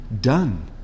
done